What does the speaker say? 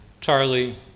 Charlie